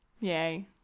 yay